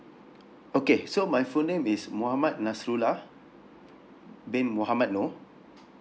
okay so my full name is mohammed nasrullah bin mohammed nor